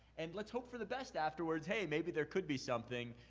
and let's hope for the best afterwards. hey, maybe there could be something.